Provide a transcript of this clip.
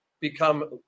become